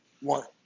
One